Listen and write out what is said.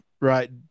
right